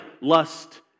lust